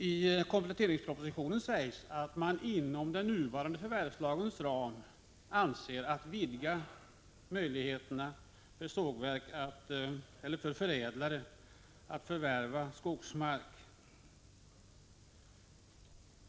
I kompletteringspropositionen sägs att man inom den nuvarande förvärvslagens ram avser att vidga möjligheterna för förädlare att förvärva skogsmark.